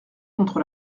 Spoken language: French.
contre